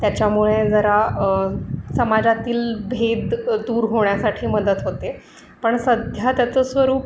त्याच्यामुळे जरा समाजातील भेद दूर होण्यासाठी मदत होते पण सध्या त्याचं स्वरूप